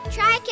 Try